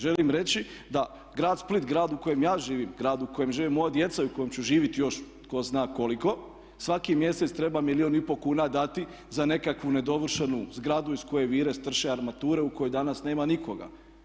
Želim reći da grad Split, grad u kojem ja živim, grad u kojem žive moja djeca i u kojem ću živjeti još tko zna koliko svaki mjesec treba milijun i pol kuna dati za nekakvu nedovršenu zgradu iz koje vire, strše armature u kojoj danas nema nikoga.